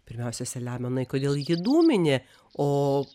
pirmiausia selemonai kodėl ji dūminė o